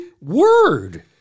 word